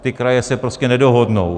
Ty kraje se prostě nedohodnou.